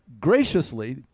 graciously